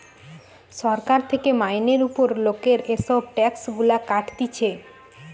সরকার থেকে মাইনের উপর লোকের এসব ট্যাক্স গুলা কাটতিছে